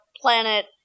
planet